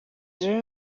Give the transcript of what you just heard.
rero